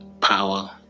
Power